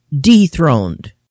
dethroned